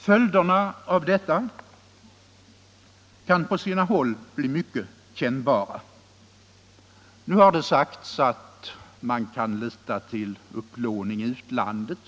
Följderna av detta kan på sina håll bli mycket kännbara. Nu har det sagts att man kan lita till upplåning i utlandet.